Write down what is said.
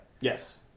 Yes